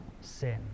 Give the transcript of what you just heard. sin